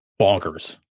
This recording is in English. bonkers